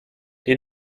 die